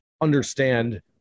understand